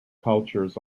cultures